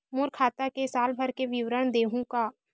मोर खाता के साल भर के विवरण देहू का?